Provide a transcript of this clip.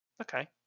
Okay